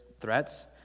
threats